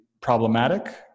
problematic